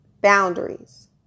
boundaries